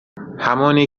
همونی